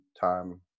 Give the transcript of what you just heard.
time